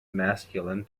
masculine